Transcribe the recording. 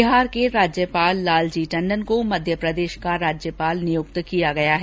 बिहार के राज्यपाल लालजी टंडन को मध्य प्रदेश का राज्यपाल नियुक्त किया गया है